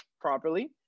properly